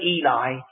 Eli